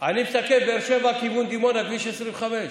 אני מסתכל מבאר שבע לכיוון דימונה, כביש 25,